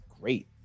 great